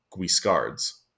Guiscard's